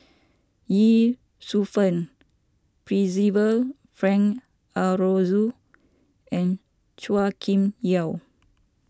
Ye Shufang Percival Frank Aroozoo and Chua Kim Yeow